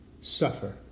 suffer